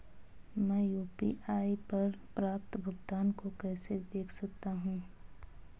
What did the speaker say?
मैं यू.पी.आई पर प्राप्त भुगतान को कैसे देख सकता हूं?